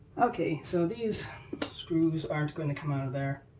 okay so these screws aren't going to come out of there.